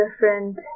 different